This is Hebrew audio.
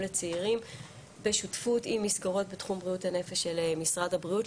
לצעירים בשותפות עם מסגרות בתחום בריאות הנפש של משרד הבריאות,